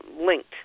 linked